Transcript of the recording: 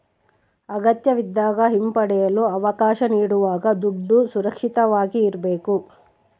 ಅಗತ್ಯವಿದ್ದಾಗ ಹಿಂಪಡೆಯಲು ಅವಕಾಶ ನೀಡುವಾಗ ದುಡ್ಡು ಸುರಕ್ಷಿತವಾಗಿ ಇರ್ಬೇಕು